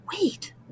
wait